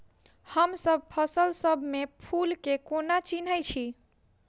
हमसब फसल सब मे फूल केँ कोना चिन्है छी?